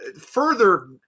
further